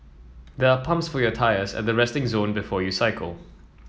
there are pumps for your tyres at the resting zone before you cycle